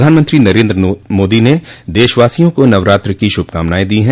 प्रधानमंत्री नरेन्द्र मोदी ने देशवासियों को नवरात्रि की शुभकामनाएँ दी हैं